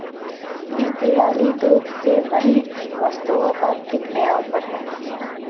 इस दिवाली दूध से बनी वस्तुओं पर कितने ऑफ़र हैं